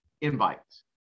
invites